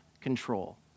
control